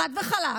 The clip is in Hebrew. חד וחלק.